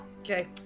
Okay